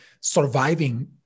surviving